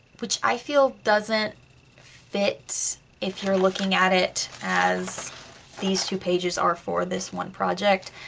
which i feel doesn't fit if you're looking at it as these two pages are for this one project.